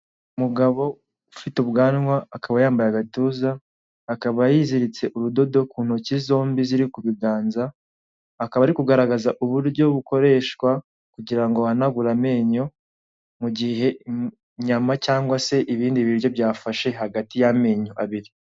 Umugabo ufite ubwanwa akaba yambaye agatuza, akaba yiziritse urudodo ku ntoki zombi ziri ku biganza, akaba ari kugaragaza uburyo bukoreshwa kugira ngo uhanagure amenyo mu gihe inyama cyangwa se ibindi biryo byafashe hagati y'amenyo abiri.